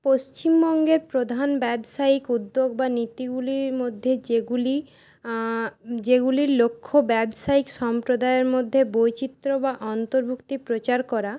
পশ্চিমবঙ্গের প্রধান ব্যবসায়িক উদ্যোগ বা নীতি গুলির মধ্যে যেগুলি যেগুলির লক্ষ্য ব্যবসায়িক সম্প্রদায়ের মধ্যে বৈচিত্র্য বা অন্তর্ভুক্তি প্রচার করা